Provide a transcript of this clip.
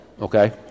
okay